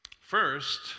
First